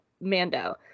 Mando